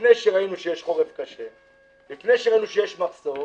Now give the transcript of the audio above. לפני שראינו שיש חורף קשה, לפני שראינו שיש מחסור